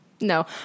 no